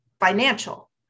financial